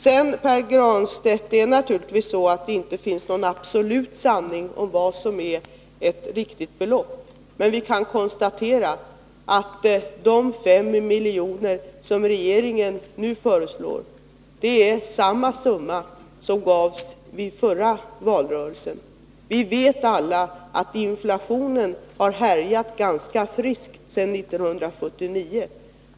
Det finns naturligtvis inte, Pär Granstedt, någon absolut sanning om vilket belopp som är det riktiga. Men vi kan konstatera att de 5 milj.kr. som regeringen nu föreslår är samma summa som den som gavs vid förra valrörelsen. Vi vet alla att inflationen har härjat ganska friskt sedan 1979.